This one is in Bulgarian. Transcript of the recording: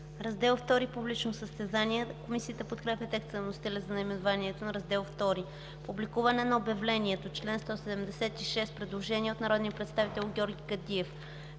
Раздел ІІ – „Публично състезание”. Комисията подкрепя текста на вносителя за наименованието на Раздел ІІ. „Публикуване на обявление” – чл. 176. Предложение от народния представител Георги Кадиев: